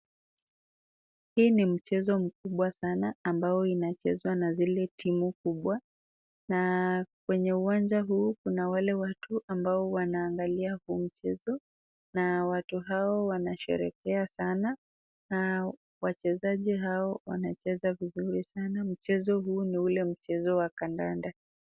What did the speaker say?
Hii ni mchezo mkubwa sana, ambao inachezwa na zile timu kubwa. Na kwenye uwanja huu kuna wale watu ambao wanaangalia huu mchezo, na watu hao wanasherehekea sana, na wachezaji hao wanacheza vizuri sana. Mchezo huu ni ule mchezo wa kadanda.